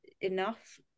enough